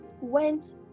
went